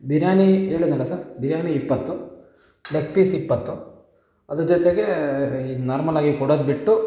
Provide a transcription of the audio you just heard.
ಬಿರಿಯಾನಿ ಹೇಳಿದ್ನಲ್ಲ ಸರ್ ಬಿರಿಯಾನಿ ಇಪ್ಪತ್ತು leg piece ಇಪ್ಪತ್ತು ಅದ್ರ ಜೊತೆಗೆ ಈಗ ನಾರ್ಮಲ್ ಆಗಿ ಕೊಡೋದು ಬಿಟ್ಟು